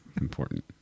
important